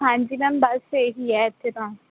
ਹਾਂਜੀ ਮੈਮ ਬਸ ਇਹੀ ਹੈ ਇੱਥੇ ਤਾਂ